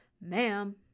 Ma'am